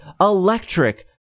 electric